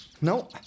No